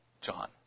John